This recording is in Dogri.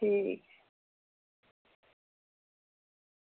ठीक